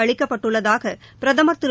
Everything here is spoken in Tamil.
அளிக்கப்பட்டுள்ளதாக பிரதமர் திரு